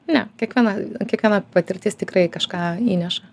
ne kiekviena kiekviena patirtis tikrai kažką įneša